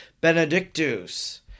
Benedictus